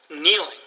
kneeling